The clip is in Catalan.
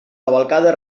cavalcada